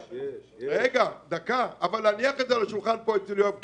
צריך להניח את זה על השולחן אצל יואב קיש,